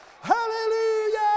hallelujah